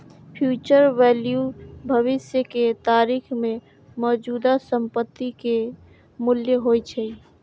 future value भविष्य के तारीख मे मौजूदा संपत्ति के मूल्य होइ छै